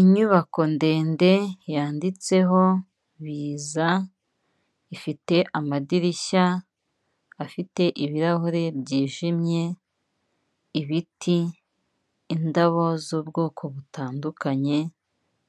Inyubako ndende yanditseho biza ifite amadirishya afite ibirahure byijimye, ibiti, indabo z'ubwoko butandukanye,